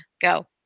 Go